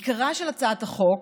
עיקרה של הצעת החוק,